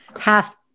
half